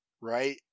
right